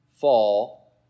fall